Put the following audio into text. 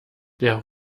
der